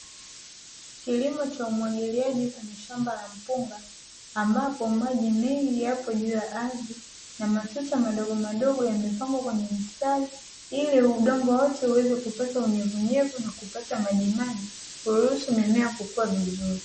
Kilimo cha umwagiliaji kwenye shamba la mpunga, ambapo maji mengi yapo juu ya ardhi na matuta madogomadogo yamepangwa kwenye mstari, ili udongo wote uweze kupata unyevunyevu na kupata majimaji kuruhusu mimea kukua vizuri.